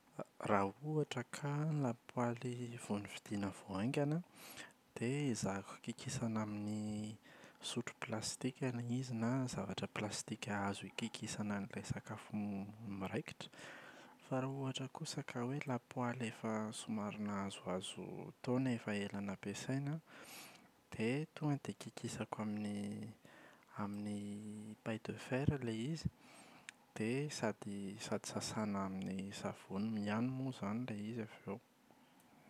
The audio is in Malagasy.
Ra-Raha ohatra ka lapoaly vao novidiana vao aingana an dia ezahako kikisana amin’ny sotro plastika ilay izy na zavatra plastika azo hikikisana an’ilay sakafo m-miraikitra. Fa raha ohatra kosa ka hoe lapoaly somary efa somary nahazoazo taona, efa ela nampiasaina an, dia tonga dia kikisako amin’ny amin’ny paille de fer ilay izy dia sady sady sasana amin’ny savony ihany moa izany ilay izy avy eo.